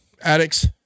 addicts